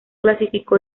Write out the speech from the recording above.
clasificó